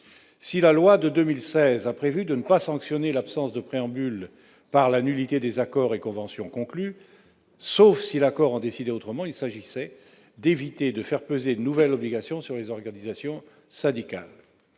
Si la loi de 2016 a prévu de ne pas sanctionner l'absence de préambule par la nullité des accords et conventions conclus, sauf si l'accord en décidait autrement, c'est pour éviter de faire peser une nouvelle obligation sur les organisations syndicales.